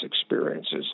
experiences